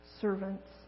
servants